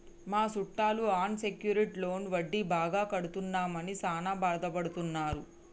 మా సుట్టాలు unsecured loan వడ్డీ బాగా కడుతున్నామని సాన బాదపడుతున్నారు